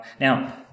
Now